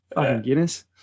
Guinness